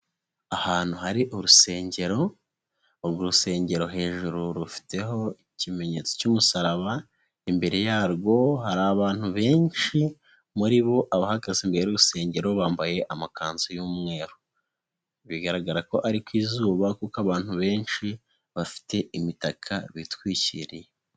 Ahantu hari urusengero, urwo rusengero hejuru rufiteho ikimenyetso cy'umusaraba, imbere yarwo hari abantu benshi muri bo abahagaze imbere y'urusengero bambaye amakanzu y'umweru. Bigaragara ko ari ku izuba kuko abantu benshi bafite imitaka bitwikiriye.